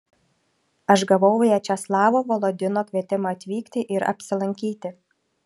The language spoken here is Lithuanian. aš gavau viačeslavo volodino kvietimą atvykti ir apsilankyti